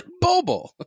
Bobo